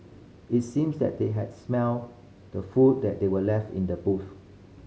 it seems that they had smelt the food that they were left in the boot